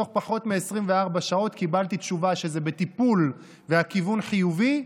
ותוך פחות מ-24 שעות קיבלתי תשובה שזה בטיפול והכיוון חיובי,